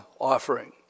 offering